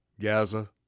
Gaza